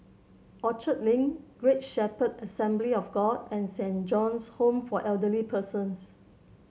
Orchard Link Great Shepherd Assembly of God and Saint John's Home for Elderly Persons